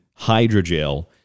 hydrogel